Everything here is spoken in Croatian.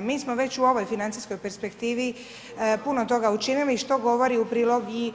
Mi smo već u ovoj financijskoj perspektivi puno toga učinili što govori u prilog i